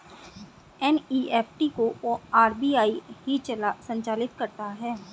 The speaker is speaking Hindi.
एन.ई.एफ.टी को आर.बी.आई ही संचालित करता है